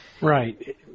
Right